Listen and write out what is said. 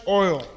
oil